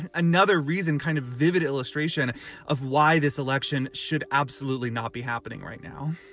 and another reason, kind of vivid illustration of why this election should absolutely not be happening right now